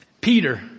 Peter